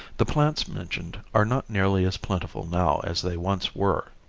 the plants mentioned are not nearly as plentiful now as they once were.